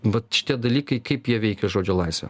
vat šitie dalykai kaip jie veikia žodžio laisvę